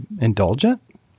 indulgent